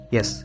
Yes